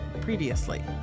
previously